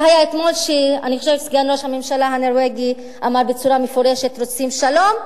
זה היה אתמול שסגן ראש הממשלה הנורבגי אמר בצורה מפורשת: רוצים שלום?